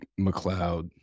McLeod